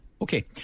Okay